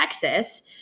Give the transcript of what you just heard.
Texas